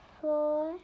four